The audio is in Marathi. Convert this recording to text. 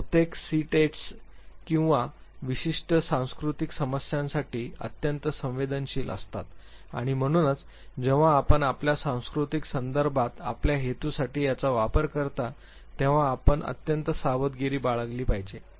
बहुतेक सीटेट्स विशिष्ट सांस्कृतिक समस्यांसाठी अत्यंत संवेदनशील असतात आणि म्हणूनच जेव्हा आपण आपल्या सांस्कृतिक संदर्भात आपल्या हेतूसाठी याचा वापर करता तेव्हा आपण अत्यंत सावधगिरी बाळगली पाहिजे